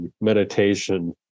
meditation